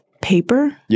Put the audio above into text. Paper